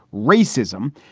racism.